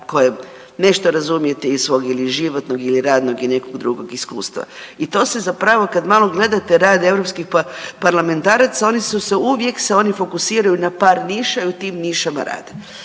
koje nešto razumijete iz svog ili životnog ili radnog ili nekog drugog iskustva i to se zapravo kad malo gledate rad europskih parlamentaraca oni su se uvijek, oni se uvijek fokusiraju na par niša i u tim nišama rade.